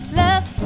love